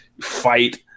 fight